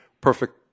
perfect